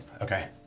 Okay